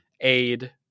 aid